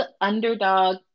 underdog